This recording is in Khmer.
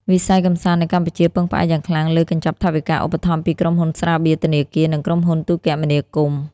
វិស័យកម្សាន្តនៅកម្ពុជាពឹងផ្អែកយ៉ាងខ្លាំងលើកញ្ចប់ថវិកាឧបត្ថម្ភពីក្រុមហ៊ុនស្រាបៀរ ធនាគារ និងក្រុមហ៊ុនទូរគមនាគមន៍។